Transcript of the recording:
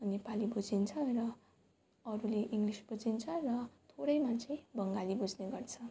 नेपाली बुझिन्छ र अरूले इङ्ग्लिस बुझिन्छ र थोरैमा चाहिँ बङ्गाली बुझ्ने गर्छ